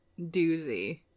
doozy